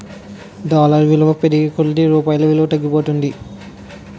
dollar విలువ పెరిగే కొలది రూపాయి విలువ తగ్గిపోతుంది